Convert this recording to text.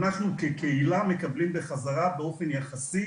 אנחנו כקהילה מקבלים בחזרה באופן יחסי